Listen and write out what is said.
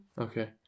okay